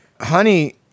honey